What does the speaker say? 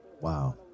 Wow